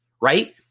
right